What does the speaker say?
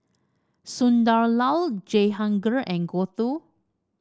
Sunderlal Jehangirr and Gouthu